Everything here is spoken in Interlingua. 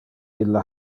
ille